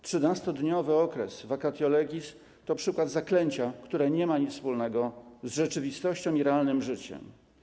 13-dniowy okres vacatio legis to przykład zaklęcia, które nie ma nic wspólnego z rzeczywistością i realnym życiem.